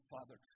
Father